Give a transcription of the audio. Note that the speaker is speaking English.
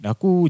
Aku